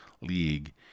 league